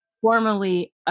formerly